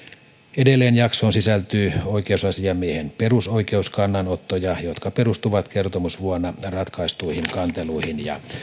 edelleen jaksoon sisältyy oikeusasiamiehen perusoikeuskannanottoja jotka perustuvat kertomusvuonna ratkaistuihin kanteluihin ja